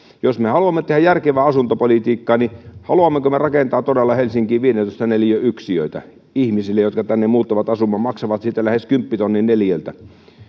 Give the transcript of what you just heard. jos me haluamme tehdä järkevää asuntopolitiikkaa niin haluammeko me todella rakentaa helsinkiin viidentoista neliön yksiöitä ihmisille jotka tänne muuttavat asumaan he maksavat siitä lähes kymppitonnin neliöltä